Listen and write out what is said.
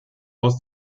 aus